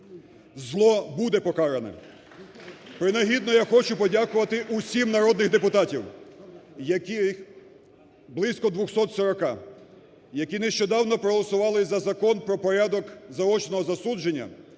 Зло буде покарано. Принагідно я хочу подякувати усім народним депутатам (їх близько 240-а), які нещодавно проголосували за Закон про порядок заочного засудження